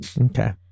okay